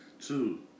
two